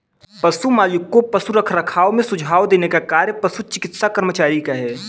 पशु मालिक को पशु रखरखाव में सुझाव देने का कार्य पशु चिकित्सा कर्मचारी का है